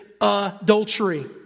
adultery